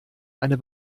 eine